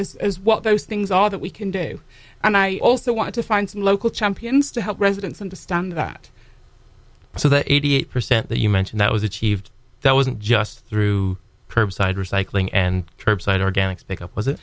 out as what those things all that we can do and i also want to find some local champions to help residents understand that so that eighty eight percent that you mentioned that was achieved that wasn't just through curbside recycling and curbside organics pick up was it